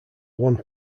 one